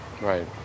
Right